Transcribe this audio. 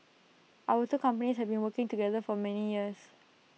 our two companies have been working together for many years